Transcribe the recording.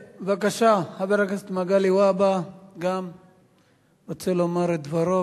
בבקשה, גם חבר הכנסת מגלי והבה רוצה לומר את דברו.